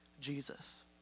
Jesus